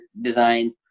design